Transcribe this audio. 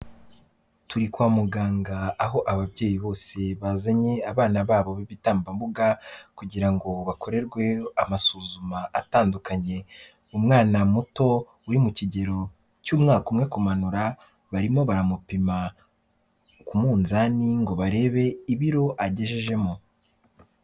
Turi kwa muganga aho ababyeyi bose bazanye abana babo b'ibitambambuga kugira ngo bakorerwe amasuzuma atandukanye, umwana muto uri mu kigero cy'umwaka umwe kumanura barimo baramupima ku munzani ngo barebe ibiro agejejemo.